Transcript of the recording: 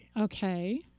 Okay